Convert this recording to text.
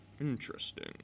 Interesting